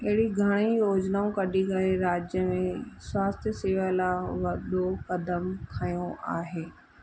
अहिड़ी घणई योजनाऊं कढी करे राज्य में स्वास्थय सेवा लाइ वॾो क़दमु खंयो आहे